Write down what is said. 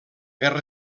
guerra